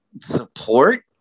Support